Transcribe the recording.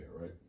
right